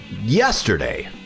yesterday